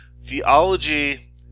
theology